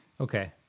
Okay